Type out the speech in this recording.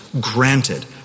granted